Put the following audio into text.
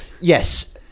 Yes